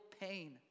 pain